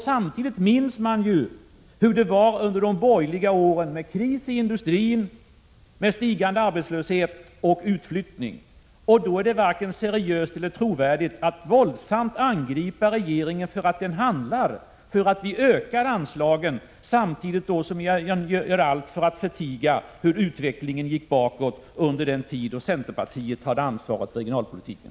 Samtidigt minns man hur det var under de borgerliga åren med kris i industrin, stigande arbetslöshet och utflyttning. Då är det varken seriöst eller trovärdigt att våldsamt angripa regeringen för att den handlar, för att vi ökar anslagen — samtidigt som ni gör allt för att förtiga hur utvecklingen gick bakåt under den tid då centerpartiet hade ansvaret för regionalpolitiken.